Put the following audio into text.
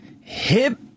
Hip